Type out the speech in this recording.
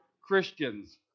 Christians